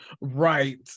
Right